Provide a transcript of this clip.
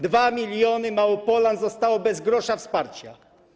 2 mln Małopolan zostało bez grosza wsparcia.